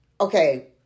Okay